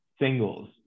singles